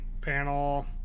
panel